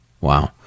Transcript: Wow